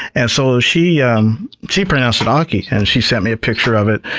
and so she um she pronounced it ahh-key. and she sent me a picture of it,